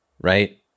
right